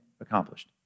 accomplished